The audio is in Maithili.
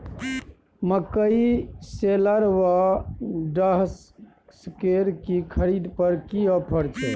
मकई शेलर व डहसकेर की खरीद पर की ऑफर छै?